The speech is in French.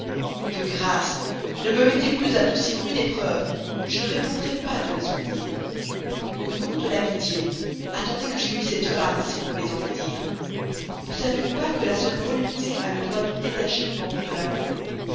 de grâce ne me mettez plus à d'aussi rudes épreuves je ne répondrais pas de les soutenir au nom de l'amitié attendez que j'aie eu cette femme si vous voulez en médire ne savez-vous pas que la seule volupté a le droit de détacher le bandeau de l'amour